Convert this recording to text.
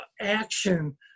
action